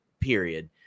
period